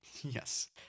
Yes